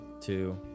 two